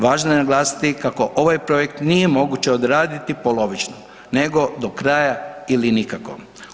Važno je naglasiti kako ovaj projekt nije moguće odraditi polovično nego do kraja ili nikako.